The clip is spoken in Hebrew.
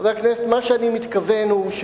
חברי הכנסת, מה שאני מתכוון הוא,